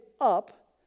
up